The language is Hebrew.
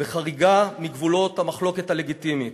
בחריגה מגבולות המחלוקת הלגיטימית.